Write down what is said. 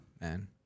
man